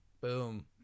boom